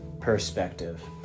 perspective